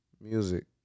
music